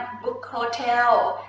book hotel.